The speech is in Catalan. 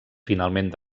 finalment